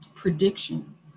prediction